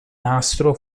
nastro